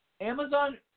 Amazon